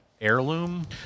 heirloom